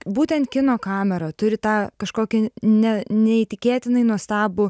būtent kino kamera turi tą kažkokį ne neįtikėtinai nuostabų